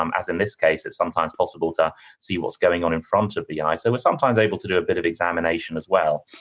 um as in this case, it's sometimes possible to see what's going on in front of the eye. so, we're sometimes able to do a bit of examination as well.